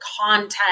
content